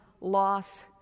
loss